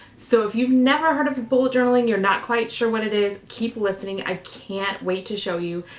so if you've never heard of bullet journaling, you're not quite sure what it is, keep listening. i can't wait to show you.